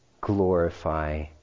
glorify